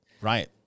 right